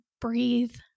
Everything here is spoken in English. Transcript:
breathe